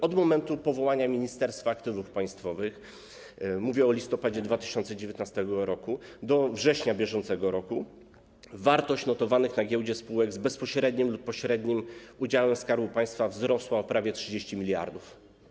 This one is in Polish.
Od momentu powołania Ministerstwa Aktywów Państwowych, mówię o czasie od listopada 2019 r. do września br., wartość notowanych na giełdzie spółek z bezpośrednim lub pośrednim udziałem Skarbu Państwa wzrosła o prawie 30 mld.